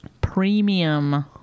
Premium